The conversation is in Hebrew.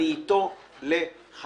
אני איתו לחלוטין.